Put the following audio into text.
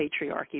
patriarchy